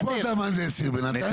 איפה אתה מהנדס עיר בנתניה?